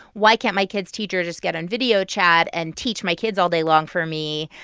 why can't my kids' teacher just get on video chat and teach my kids all day long for me?